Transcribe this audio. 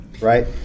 Right